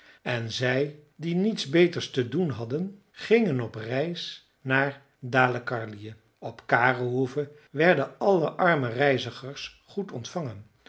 en zij die niets beters te doen hadden gingen op reis naar dalecarlië op kare hoeve werden alle arme reizigers goed ontvangen